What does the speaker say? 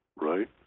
right